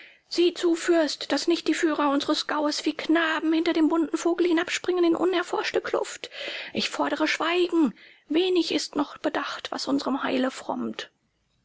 sieh zu fürst daß nicht die führer unseres gaues wie knaben hinter dem bunten vogel hinabspringen in unerforschte kluft ich fordere schweigen wenig ist noch bedacht was unserem heile frommt